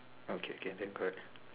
oh okay can then correct